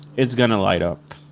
it's going to light up.